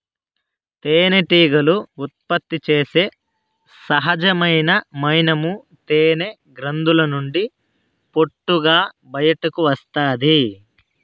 తేనెటీగలు ఉత్పత్తి చేసే సహజమైన మైనము తేనె గ్రంధుల నుండి పొట్టుగా బయటకు వస్తాది